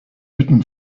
written